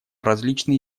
различные